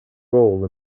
role